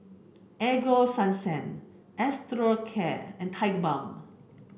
Ego Sunsense Osteocare and Tigerbalm